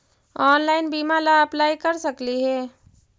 Online बीमा ला apply कर सकली हे?